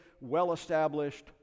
well-established